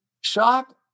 shock